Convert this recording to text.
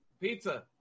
pizza